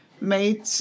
made